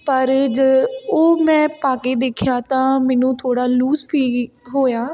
ਪਰ ਜ ਉਹ ਮੈਂ ਪਾ ਕੇ ਦੇਖਿਆ ਤਾਂ ਮੈਨੂੰ ਥੋੜ੍ਹਾ ਲੂਜ ਫੀਲ ਹੋਇਆ